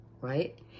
right